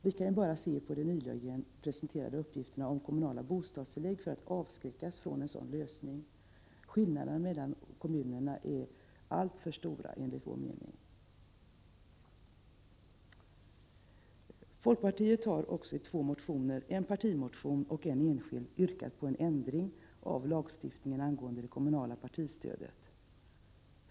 Vi kan ju bara se på de nyligen presenterade uppgifterna om kommunala bostadstillägg för att avskräckas från en sådan lösning. Skillnaderna mellan kommunerna är enligt vår mening alltför stora. Folkpartiet har också i två motioner — en partimotion och en enskild motion — yrkat på en ändring av lagstiftningen angående det kommunala partistödet.